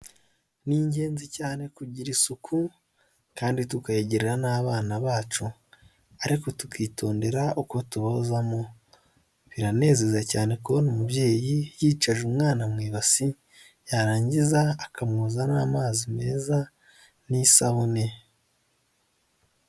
Ni ingenzi cyane kugira isuku kandi tukayigirira n'abana bacu, ariko tukitondera uko tubozamo, biranezeza cyane kubona umubyeyi yicaje umwana mu ibasi, yarangiza akamwoza n'amazi meza n'isabune.